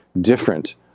different